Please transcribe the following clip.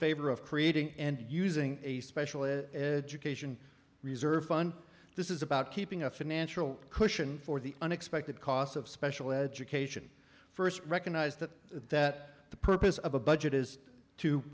favor of creating and using a special education reserve fund this is about keeping a financial cushion for the unexpected costs of special education first recognize that that the purpose of a budget is to